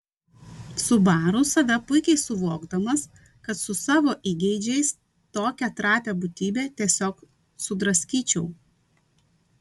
subaru save puikiai suvokdamas kad su savo įgeidžiais tokią trapią būtybę tiesiog sudraskyčiau